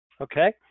okay